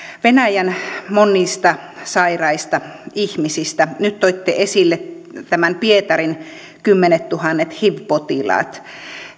venäjän monista sairaista ihmisistä nyt toitte esille pietarin kymmenettuhannet hiv potilaat